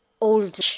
old